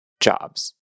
Jobs